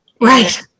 Right